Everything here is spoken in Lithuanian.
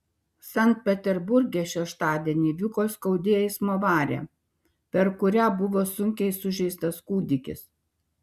sankt peterburge šeštadienį įvyko skaudi eismo avarija per kurią buvo sunkiai sužeistas kūdikis